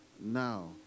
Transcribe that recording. now